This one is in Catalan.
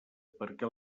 perquè